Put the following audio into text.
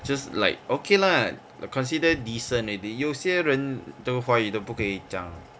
just like okay lah like consider decent already 有些人的华语都不可以讲